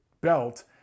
belt